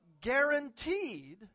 guaranteed